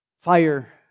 Fire